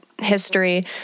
history